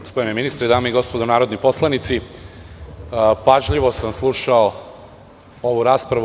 Gospodine ministre, dame i gospodo narodni poslanici, pažljivo sam slušao ovu raspravu.